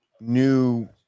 new